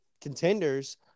contenders